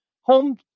home